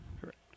Correct